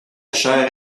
chair